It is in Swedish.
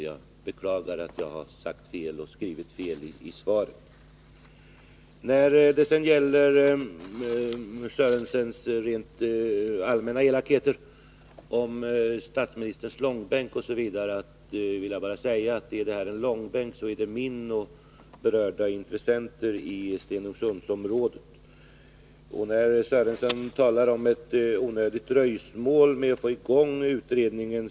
Jag beklagar att jag har sagt fel och skrivit fel i svaret. När det sedan gäller Lars-Ingvar Sörensons rent allmänna elakheter om statsministerns långbänk osv. vill jag bara säga att om det här är en långbänk, så är det min och berörda intressenters i Stenungsundsområdet. Herr Sörenson talar om ett onödigt dröjsmål med att få i gång utredningen.